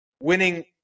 Winning